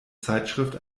zeitschrift